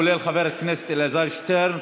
כולל חבר הכנסת אלעזר שטרן,